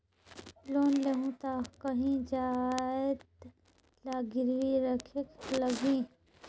Loan लेहूं ता काहीं जाएत ला गिरवी रखेक लगही?